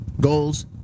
goals